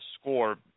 score